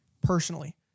personally